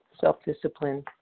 self-discipline